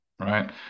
right